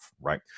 Right